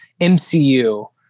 MCU